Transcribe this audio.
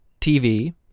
TV